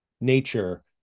nature